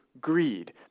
greed